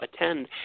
attend